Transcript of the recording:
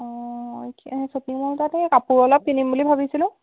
অঁ এতিয়া সেই শ্বপিং মল এটাতে কাপোৰ অলপ কিনিম বুলি ভাবিছিলোঁ